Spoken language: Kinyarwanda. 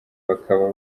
bakaba